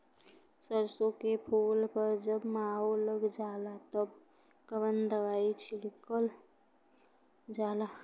सरसो के फूल पर जब माहो लग जाला तब कवन दवाई छिड़कल जाला?